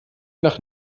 nach